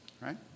Right